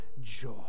joy